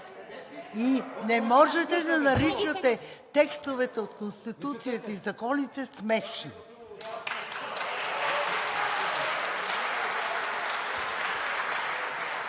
Не можете да наричате текстовете от Конституцията и законите смешни.